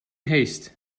haste